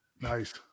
Nice